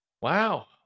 Wow